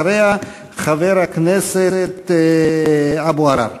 אחריה, חבר הכנסת אבו עראר.